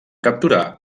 capturar